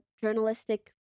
journalistic